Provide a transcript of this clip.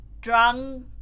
Drunk